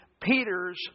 Peter's